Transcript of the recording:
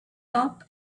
top